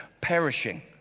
perishing